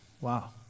Wow